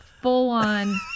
Full-on